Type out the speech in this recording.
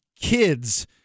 kids